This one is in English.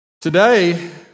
Today